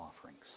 offerings